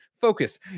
focus